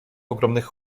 ogromnych